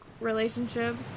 relationships